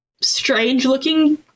strange-looking